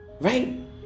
Right